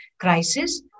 crisis